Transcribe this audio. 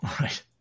Right